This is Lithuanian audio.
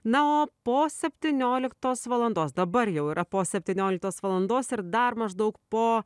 na o po septynioliktos valandos dabar jau yra po septynioliktos valandos ir dar maždaug po